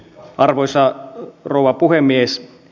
arvoisa rouva puhemies